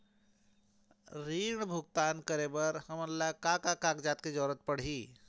ऋण भुगतान करे बर हमन ला का का कागजात के जरूरत पड़ही?